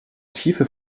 tiefe